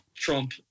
Trump